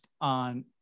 on